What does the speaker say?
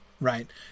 right